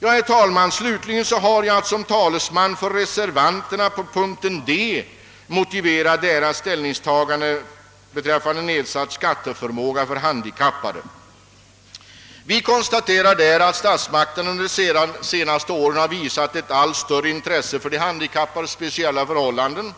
undan för undan höjes. Slutligen har jag att som talesman för reservanterna under punkt D motivera Vi konstaterar i reservationen att statsmakterna under de senaste åren har visat allt större intresse för de handikappades speciella förhållanden.